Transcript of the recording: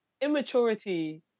immaturity